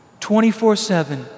24-7